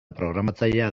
programatzailea